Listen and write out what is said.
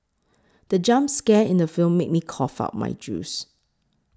the jump scare in the film made me cough out my juice